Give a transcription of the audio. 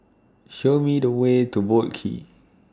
Show Me The Way to Boat Quay